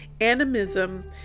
animism